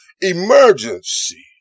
emergency